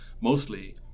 mostly